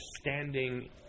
standing